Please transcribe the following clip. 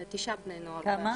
כמה?